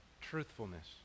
truthfulness